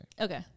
Okay